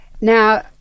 Now